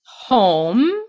home